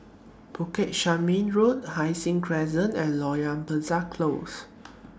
Bukit Chermin Road Hai Sing Crescent and Loyang Besar Close